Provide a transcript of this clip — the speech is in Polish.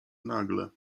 nagle